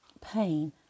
pain